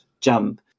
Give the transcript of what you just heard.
Jump